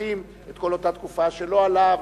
שוכחים את כל אותה תקופה שלא עלה,